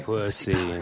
Pussy